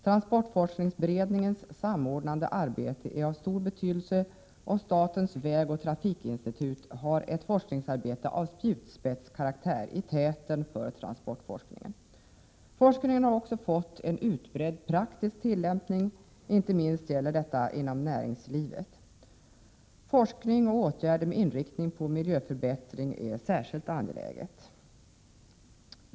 Transportforskningsberedningens samordnande arbete är av stor betydelse och statens vägoch trafikinstitut har ett forskningsarbete av spjutspetskaraktär i täten för transportforskningen. Forskningen har också fått en utbredd praktisk tillämpning, inte minst inom näringslivet. Forskning och åtgärder med inriktning på miljöförbättring är särskilt angelägna.